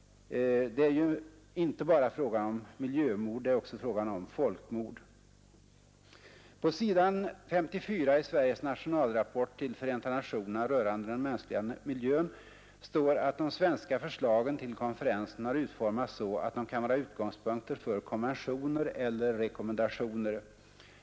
Det är inte bara fråga om miljömord; det är också fråga om folkmord. På s. 54 i ”Sveriges nationalrapport till Förenta nationerna rörande den mänskliga miljön” står att de svenska förslagen till konferensen har utformats så att de kan vara utgångspunkter för konventioner eller rekommendationer.